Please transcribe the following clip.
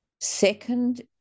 Second